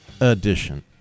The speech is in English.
edition